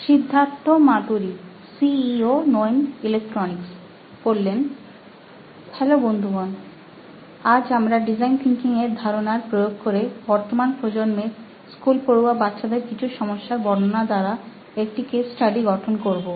Siddharth Maturi C E O নোইন electronics hello বন্ধুগণ আজ আমরা ডিজাইন থিঙ্কিং এর ধারণার প্রয়োগ করে বর্তমান প্রজন্মের স্কুলপড়ুয়া বাচ্চাদের কিছু সমস্যার বর্ণনার দ্বারা একটি কেস স্টাডি গঠন করবো